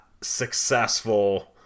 successful